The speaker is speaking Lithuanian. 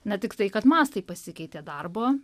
na tiktai kad mastai pasikeitė darbo